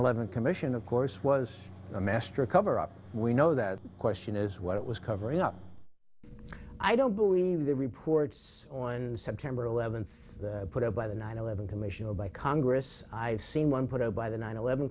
eleven commission of course was a master of cover up we know that question is what it was covering up i don't believe the reports on september eleventh put out by the nine eleven commission or by congress i've seen one put out by the nine eleven